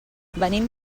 venim